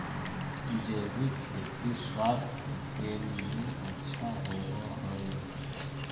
जैविक खेती स्वास्थ्य के लिए अच्छा होवऽ हई